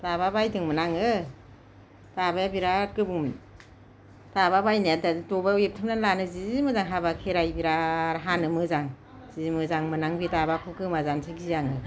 दाबा बायदोंमोन आङो दाबाया बिराथ गोबौमोन दाबा बायनाया दा दबायाव एथेबना लानो जि मोजां हाबा खेराय बिराथ हानो मोजां जि मोजां मोनदां बे दाबाखौ गोमाजानो गियो आङो